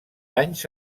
anys